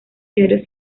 diario